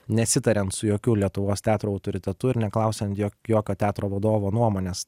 nesitariant su jokiu lietuvos teatro autoritetu ir neklausiant jo jokio teatro vadovo nuomonės